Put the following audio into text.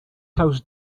house